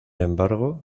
embargo